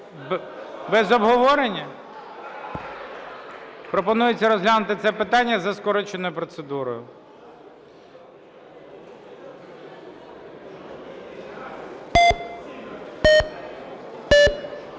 Без обговорення? Пропонується розглянути це питання за скороченою процедурою.